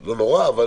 זה לא נורא, אבל